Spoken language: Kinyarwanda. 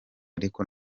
ariko